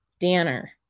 Danner